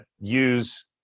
use